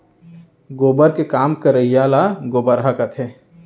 गोबर के काम करइया ल गोबरहा कथें